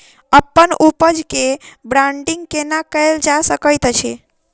अप्पन उपज केँ ब्रांडिंग केना कैल जा सकैत अछि?